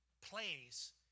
plays